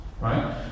right